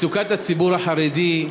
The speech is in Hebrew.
מצוקת הציבור החרדי,